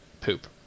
poop